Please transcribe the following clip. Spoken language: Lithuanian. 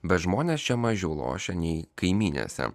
bet žmonės čia mažiau lošia nei kaimynėse